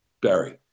Barry